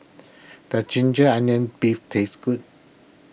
does Ginger Onions Beef taste good